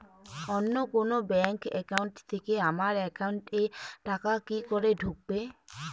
অন্য কোনো bank account থেকে আমার একাউন্ট এ টাকা কি করে ঢুকবে?